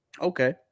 Okay